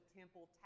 temple